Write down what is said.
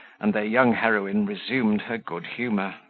and their young heroine resumed her good humour.